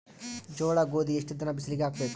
ಜೋಳ ಗೋಧಿ ಎಷ್ಟ ದಿನ ಬಿಸಿಲಿಗೆ ಹಾಕ್ಬೇಕು?